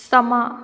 ਸਮਾਂ